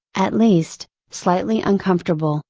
at least, slightly uncomfortable,